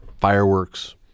fireworks